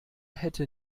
hätte